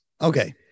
Okay